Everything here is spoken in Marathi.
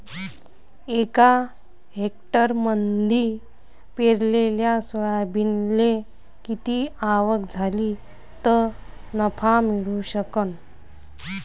एका हेक्टरमंदी पेरलेल्या सोयाबीनले किती आवक झाली तं नफा मिळू शकन?